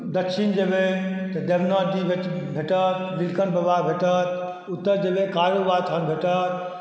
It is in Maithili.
दच्छिन जेबै तऽ देवनाथ जी भेटत नीलकण्ठ बाबा भेटत उत्तर जेबै कारू बाबा थान भेटत